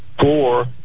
four